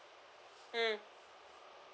mm